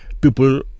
people